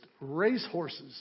racehorses